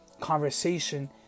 conversation